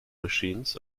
machines